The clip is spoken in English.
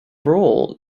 role